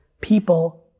People